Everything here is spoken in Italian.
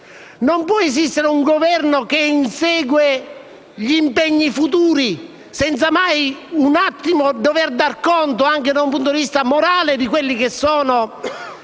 Non può esistere un Governo che insegue gli impegni futuri senza mai dover dar conto, anche da un punto di vista morale, degli stati